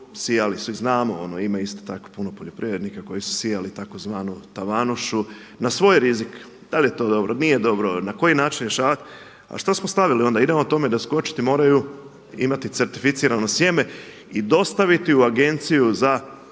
sijali su, i znamo ima isto tako puno poljoprivrednika koji su sijali tzv. tavanušu na svoj rizik. Da li je to dobro, nije dobro, na koji način rješavati. A što smo stavili onda? Idemo tome doskočiti, moraju imati certificirano sjeme i dostaviti u Agenciju za